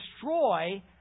destroy